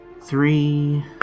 Three